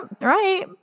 right